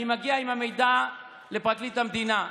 אני מגיע עם המידע לפרקליט המדינה.